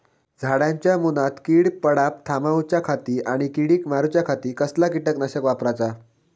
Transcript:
झाडांच्या मूनात कीड पडाप थामाउच्या खाती आणि किडीक मारूच्याखाती कसला किटकनाशक वापराचा?